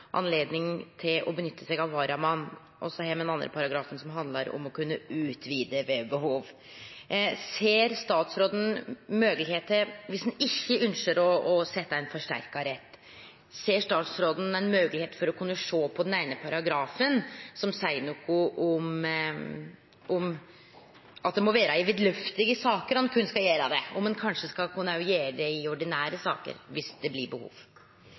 anledning til å nytte seg av varamann, og så har me den andre paragrafen som handlar om å kunne utvide ved behov. Ser statsråden, om ein ikkje ynskjer å setje ein forsterka rett, ei moglegheit for å kunne sjå på den eine paragrafen som seier noko om at det berre er i vidløftige saker ein skal kunne gjere det? Skal ein kanskje òg kunne gjere det i ordinære saker om det er behov?